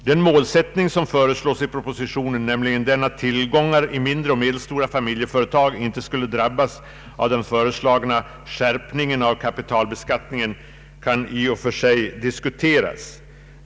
Den målsättning som föreslås i propositionen, nämligen att tillgångar i mindre och medelstora familjeföretag inte skulle drabbas av den föreslagna skärpningen av kapitalbeskattningen, kan i och för sig diskuteras.